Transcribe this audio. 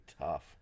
tough